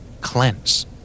Cleanse